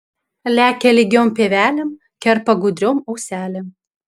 lekia lygiom pievelėm kerpa gudriom auselėm